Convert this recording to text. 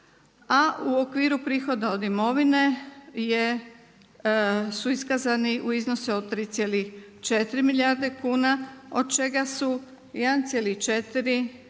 a u okviru prihoda od imovine je, su iskazani u iznosu od 3,4 milijarde kuna, od čega su 1,4 prihodi